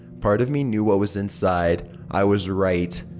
part of me knew what was inside. i was right.